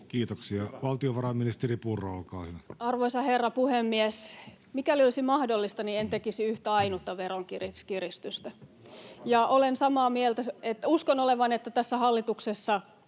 Kiitoksia. — Valtiovarainministeri Purra, olkaa hyvä. Arvoisa herra puhemies! Mikäli olisi mahdollista, niin en tekisi yhtä ainutta veronkiristystä, ja uskon, että tässä hallituksessa